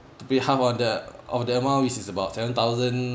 to pay half of the of the amount which is about seven thousand